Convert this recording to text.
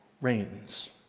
reigns